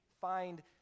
find